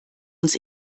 uns